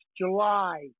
July